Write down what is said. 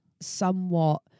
somewhat